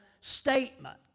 statement